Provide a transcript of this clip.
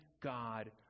God